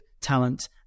talent